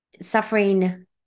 suffering